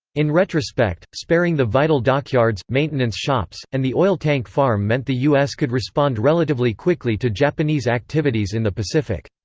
in retrospect, sparing the vital dockyards, maintenance shops, and the oil tank farm meant the u s. could respond relatively quickly to japanese activities in the pacific.